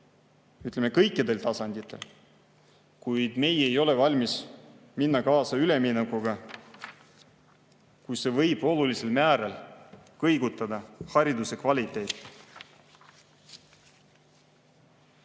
ütleme, kõikidel tasanditel. Kuid me ei ole valmis minema kaasa üleminekuga, kui see võib olulisel määral kõigutada hariduse kvaliteeti.